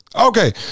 Okay